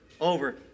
over